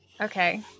Okay